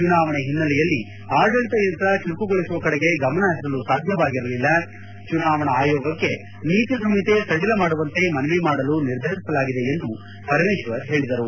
ಚುನಾವಣೆ ಹಿನ್ನೆಲೆಯಲ್ಲಿ ಆಡಳಿತಯಂತ್ರ ಚುರುಕುಗೊಳಿಸುವ ಕಡೆಗೆ ಗಮನ ಪರಿಸಲು ಸಾಧ್ಯವಾಗಿರಲಿಲ್ಲ ಚುನಾವಣಾ ಆಯೋಗಕ್ಕೆ ನೀತಿ ಸಂಹಿತೆ ಸಡಿಲ ಮಾಡುವಂತೆ ಮನವಿ ಮಾಡಲು ನಿರ್ಧರಿಸಲಾಗಿದೆ ಎಂದು ಪರಮೇಶ್ವರ್ ಹೇಳಿದರು